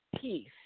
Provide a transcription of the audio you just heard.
peace